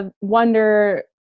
wonder